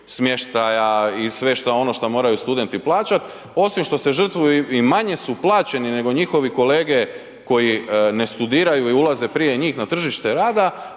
smještaja i sve što ono što moraju studenti plaćati. Osim što se žrtvuju i manje su plaćeni nego njihovi kolege koji ne studiraju i ulaze prije njih na tržište rada,